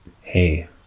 hey